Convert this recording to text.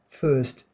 first